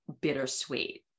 bittersweet